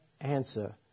answer